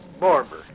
Barber